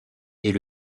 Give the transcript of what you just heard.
est